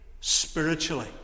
spiritually